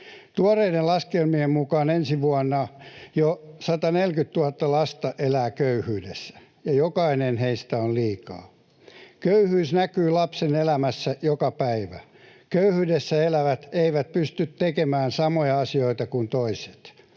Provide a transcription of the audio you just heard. Tuoreiden laskelmien mukaan ensi vuonna jo 140 000 lasta elää köyhyydessä, ja jokainen heistä on liikaa. Köyhyys näkyy lapsen elämässä joka päivä. Köyhyydessä elävät eivät pysty tekemään samoja asioita kuin toiset.